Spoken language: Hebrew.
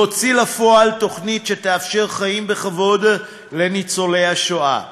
להוציא לפועל תוכנית שתאפשר חיים בכבוד לניצולי השואה.